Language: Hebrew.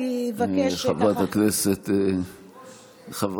אני אבקש --- חברת הכנסת --- היושב-ראש,